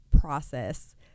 process